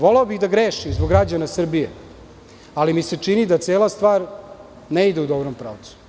Voleo bih da grešim zbog građana Srbije, ali mi se čini da cela stvar ne ide u dobrom pravcu.